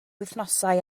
wythnosau